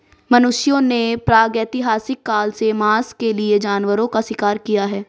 मनुष्यों ने प्रागैतिहासिक काल से मांस के लिए जानवरों का शिकार किया है